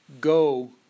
go